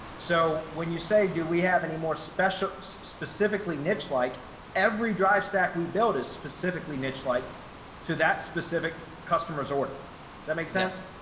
so when you say do we have any more special specifically niche, like every drive stack we build is specifically niche like to that specific customers order. does that make sense?